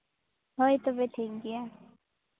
ᱦᱳᱭ ᱛᱚᱵᱮ ᱴᱷᱤᱠ ᱜᱮᱭᱟ